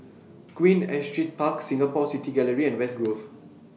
Queen Astrid Park Singapore City Gallery and West Grove